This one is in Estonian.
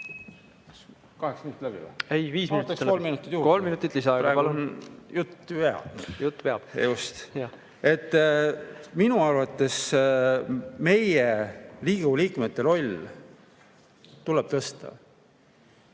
Minu arvates meie, Riigikogu liikmete rolli tuleb tõsta.